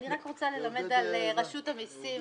אני רק רוצה ללמד על רשות המיסים,